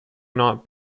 not